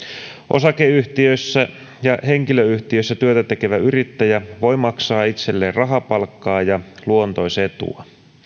osakeyhtiössä ja henkilöyhtiössä työtä tekevä yrittäjä voi maksaa itselleen rahapalkkaa ja luontoisetua